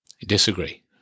disagree